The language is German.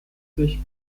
sich